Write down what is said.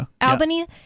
Albany